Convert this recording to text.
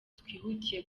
twihutiye